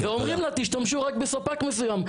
ואומרים לה תשתמשי רק בספק מסוים,